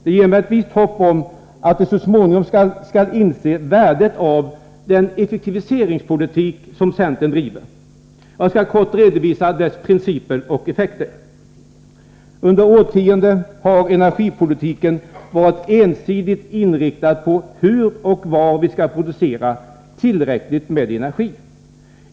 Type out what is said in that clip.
Det ger mig ett visst hopp om att de så småningom skall inse värdet av den effektiviseringspolitik som centern driver. Jag skall här kort redovisa dess principer och effekter. Under årtionden har energipolitiken varit ensidigt inriktad på hur och var vi skall producera tillräckligt med energi.